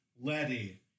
Letty